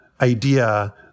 idea